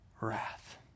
wrath